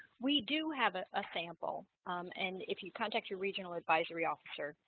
we do have a ah sample and if you contact your regional advisory officer,